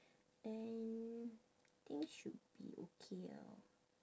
then think should be okay ah